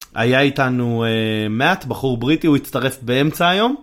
היה איתנו מאט בחור בריטי הוא הצטרף באמצע היום.